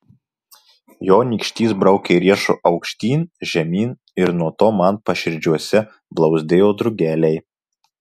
jo nykštys braukė riešu aukštyn žemyn ir nuo to man paširdžiuose plazdėjo drugeliai